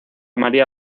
maría